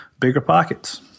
BiggerPockets